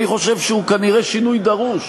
אני חושב שהוא כנראה שינוי דרוש,